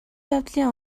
явдлын